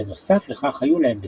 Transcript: בנוסף לכך היו להם בצקות,